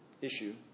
issue